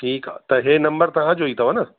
ठीकु आहे त हीअ नंबर तव्हांजो ई अथव न